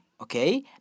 Okay